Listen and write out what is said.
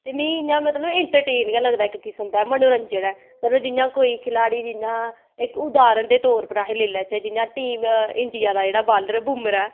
ते मिगी इ'यां मतलव एंटरटेंन गै लगदा इक किसम दा मनोरंजन ऐ मतलव जियां कोई खलाड़ी जियां इक उधारण दे तौर उप्पर अस लेई लैच्चै जियां टीम इंडिया दा जेह्ड़ा बाल्लर बुमराह् ऐ